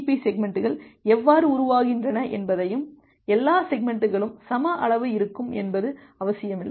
B செக்மெண்ட்டுகள் எவ்வாறு உருவாகின்றன என்பதையும் எல்லா செக்மெண்ட்களும் சம அளவு இருக்கும் என்பது அவசியமில்லை